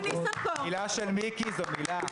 מילה של מיקי זאת מילה.